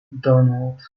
donald